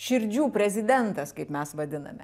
širdžių prezidentas kaip mes vadiname